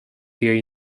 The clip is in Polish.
jej